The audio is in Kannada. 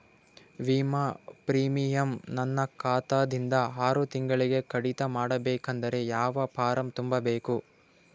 ವಿಮಾ ಪ್ರೀಮಿಯಂ ನನ್ನ ಖಾತಾ ದಿಂದ ಆರು ತಿಂಗಳಗೆ ಕಡಿತ ಮಾಡಬೇಕಾದರೆ ಯಾವ ಫಾರಂ ತುಂಬಬೇಕು?